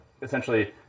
essentially